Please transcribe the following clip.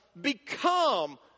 become